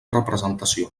representació